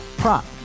Prop